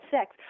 sex